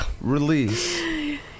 release